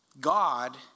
God